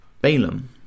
Balaam